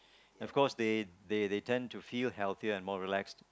of course they they they tend to feel healthier and more relax